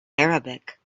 arabic